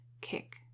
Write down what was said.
kick